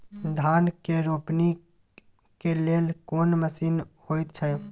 धान के रोपनी के लेल कोन मसीन होयत छै?